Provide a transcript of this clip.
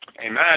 Amen